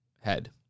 head